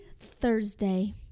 Thursday